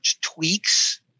tweaks